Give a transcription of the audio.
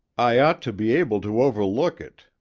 i ought to be able to overlook it,